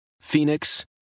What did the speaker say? Phoenix